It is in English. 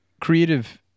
creative